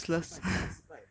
失败失败失败